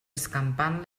escampant